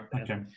Okay